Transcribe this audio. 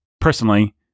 personally